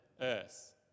Earth